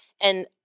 and-